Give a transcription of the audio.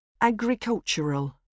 agricultural